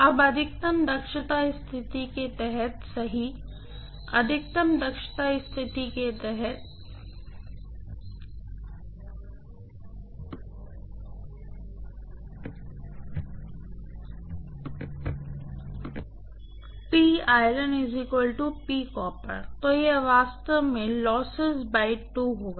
अब अधिकतम दक्षता स्थिति के तहत सही अधिकतम दक्षता स्थिति के तहत तो यह वास्तव में होगा